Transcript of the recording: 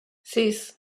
sis